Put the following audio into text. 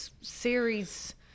series